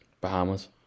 Bahamas